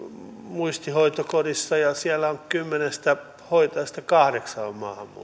muistihoitokodissa ja siellä kymmenestä hoitajasta kahdeksan on maahanmuuttajia ja eivät